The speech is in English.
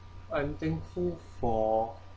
I'm thankful for